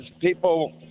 people